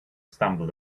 stumbled